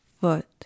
foot